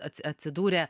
ats atsidūrė